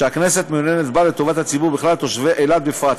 שהכנסת מעוניינת בה לטובת הציבור בכלל ותושבי אילת בפרט.